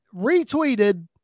retweeted